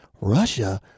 Russia